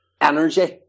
energy